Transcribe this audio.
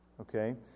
Okay